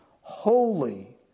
holy